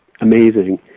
amazing